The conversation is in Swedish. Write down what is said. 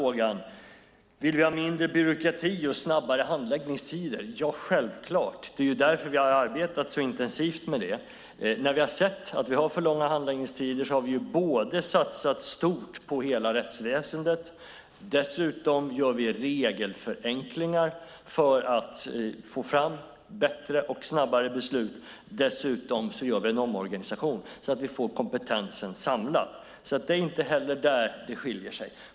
Vill vi ha mindre byråkrati och snabbare handläggningstider? Ja, självklart! Det är därför vi har arbetat så intensivt med det. När vi har sett att vi har för långa handläggningstider har vi satsat stort på hela rättsväsendet. Dessutom gör vi regelförenklingar för att få fram bättre och snabbare beslut samt en omorganisation så att vi får kompetensen samlad. Det är inte heller där det skiljer sig.